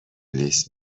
لیس